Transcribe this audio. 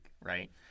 right